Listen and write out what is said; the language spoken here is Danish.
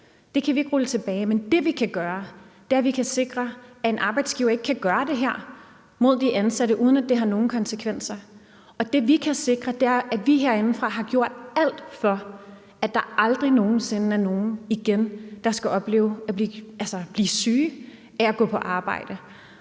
– kan vi ikke rulle tilbage. Men det, vi kan gøre, er at sikre, at en arbejdsgiver ikke kan gøre det her mod de ansatte, uden at det har nogen konsekvenser. Det, vi kan sikre, er, at vi herindefra har gjort alt for, at der aldrig nogen sinde igen er nogen, der skal opleve at blive syge af at gå på arbejde.